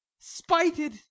spited